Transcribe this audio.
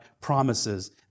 promises